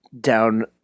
down